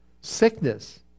Sickness